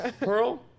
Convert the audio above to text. Pearl